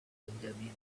benjamin